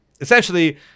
essentially